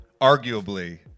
arguably